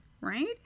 right